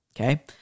Okay